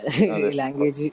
Language